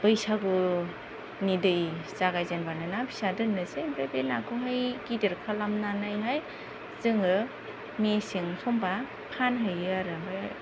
बैसागुनि दै जागायजेनबानो ना फिसा दोननोसै बे नाखौहाय गिदिर खालामनानैहाय जोङो मेसें समबा फानहैयो आरो ओमफ्राय